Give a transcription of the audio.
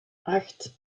acht